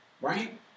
right